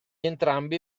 entrambi